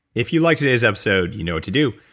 if you liked today's episode, you know what to do.